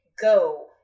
go